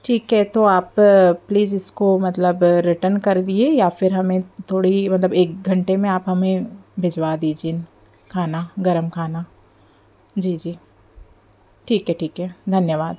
ठीक है तो आप प्लीज़ इसको मतलब रिटन कर दिए या फिर हमें थोड़ी मतलब एक घंटे में आप हमें भिजवा दीजिए खाना गर्म खाना जी जी ठीक है ठीक है धन्यवाद